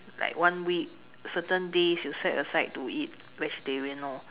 like one week certain days you set aside to eat vegetarian lor